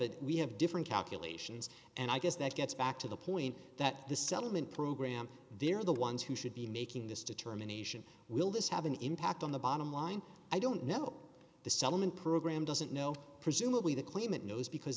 it we have different calculations and i guess that gets back to the point that the settlement program they're the ones who should be making this determination will this have an impact on the bottom line i don't know the settlement program doesn't know presumably the claimant knows because